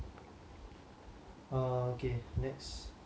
err okay next